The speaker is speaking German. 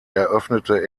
eröffnete